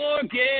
Forget